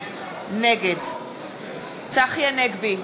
נגד צחי הנגבי,